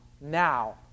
now